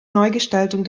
neugestaltung